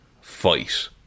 fight